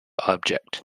object